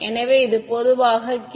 எனவே இது பொதுவாக k